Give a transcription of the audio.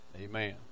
Amen